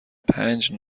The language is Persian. پنج